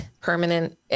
permanent